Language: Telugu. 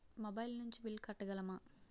మొబైల్ నుంచి బిల్ కట్టగలమ?